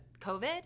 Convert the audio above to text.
COVID